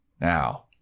Now